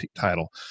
title